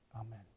Amen